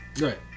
Right